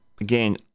again